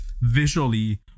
visually